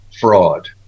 fraud